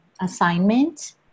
assignment